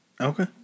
Okay